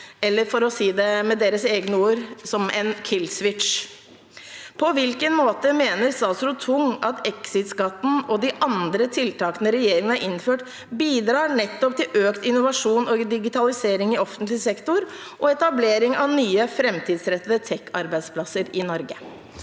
eller for å si det med deres egne ord: som en «kill switch». På hvilken måte mener statsråd Tung at exit-skatten og de andre tiltakene regjeringen har innført, bidrar til økt innovasjon og digitalisering i offentlig sektor og etablering av nye, framtidsrettede tek-arbeidsplasser i Norge.